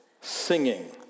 singing